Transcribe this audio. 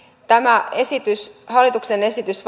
tämä hallituksen esitys